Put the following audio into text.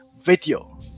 video